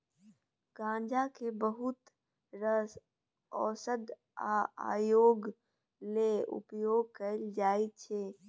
गांजा केँ बहुत रास ओषध आ उद्योग लेल उपयोग कएल जाइत छै